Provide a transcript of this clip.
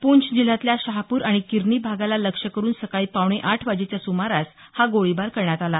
पुंछ जिल्ह्यातील शाहपूर आणि किरनी भागाला लक्ष्य करून सकाळी पावणे आठ वाजेच्या सुमारास हा गोळीबार करण्यात आला